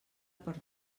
per